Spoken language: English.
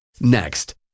Next